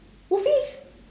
woofie